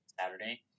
Saturday